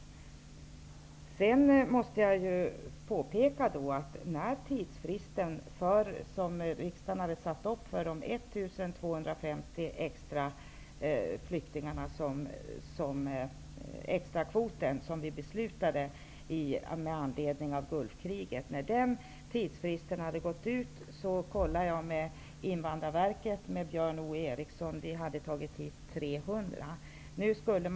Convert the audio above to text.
För det andra måste jag påpeka att jag efter utgången av den tidsfrist som riksdagen hade satt upp för den beslutade extrakvoten om 1 250 flyktingar med anledning av Gulfkriget kollade med Björn O Eriksson på Invandrarverket och fick beskedet att man hade tagit in 300 flyktingar på denna.